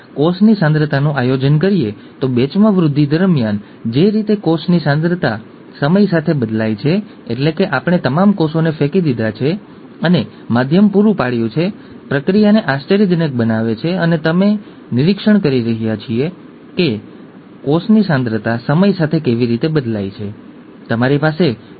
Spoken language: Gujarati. કોઈ પણ સંજોગોમાં ઐતિહાસિક રીતે મેન્ડેલે શું કર્યું તે જાણીને આનંદ થાય છે અને જો તમને આનુવંશિકતામાં રસ હોય તો તેનો વિકાસ પણ તેનો એક અત્યંત ઉપયોગી ખૂણો છે